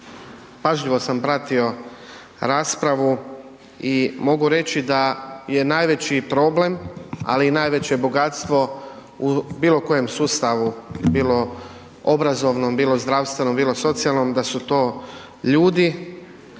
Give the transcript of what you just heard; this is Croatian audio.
Pažljivo sam pratio raspravu i mogu reći da je najveći problem, ali i najveće bogatstvo u bilo kojem sustavu bilo obrazovnom, bilo zdravstvenom, bilo socijalnom da su to ljudi